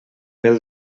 pel